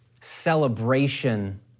celebration